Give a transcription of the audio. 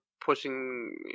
pushing